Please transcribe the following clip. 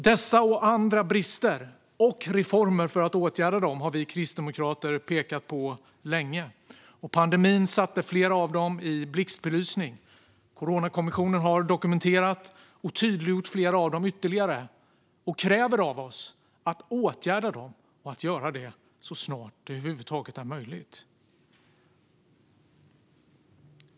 Dessa och andra brister, och reformer för att åtgärda dem, har vi kristdemokrater länge pekat på. Pandemin satte flera av dem i blixtbelysning. Coronakommissionen har dokumenterat och tydliggjort flera av dem ytterligare, och den kräver av oss att vi åtgärdar dem - och att vi gör det så snart det över huvud taget är möjligt.